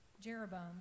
Jeroboam